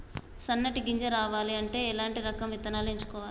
సన్నటి గింజ రావాలి అంటే ఎలాంటి రకం విత్తనాలు ఎంచుకోవాలి?